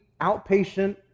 outpatient